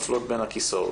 נופלות בין הכיסאות.